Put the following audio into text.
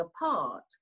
apart